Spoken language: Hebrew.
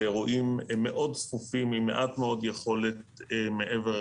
ואירועים מאוד צפופים עם מעט מאוד יכולת מעבר